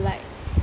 like